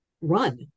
run